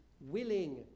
willing